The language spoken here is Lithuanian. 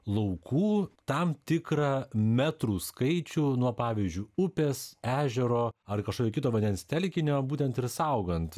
laukų tam tikrą metrų skaičių nuo pavyzdžiu upės ežero ar kažkokio kito vandens telkinio būtent ir saugant